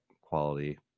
quality